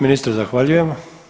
Ministre zahvaljujem.